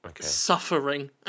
Suffering